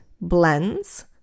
blends